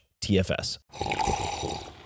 TFS